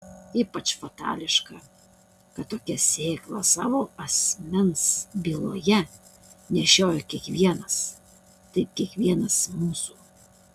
ypač fatališka kad tokią sėklą savo asmens byloje nešiojo kiekvienas taip kiekvienas mūsų